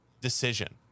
decision